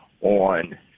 on